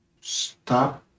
stop